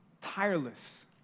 tireless